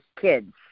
kids